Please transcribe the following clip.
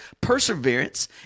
perseverance